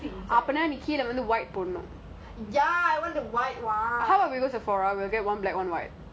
bring it a bit down like eh eat eat my eye inside it's like inside